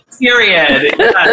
period